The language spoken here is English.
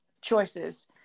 choices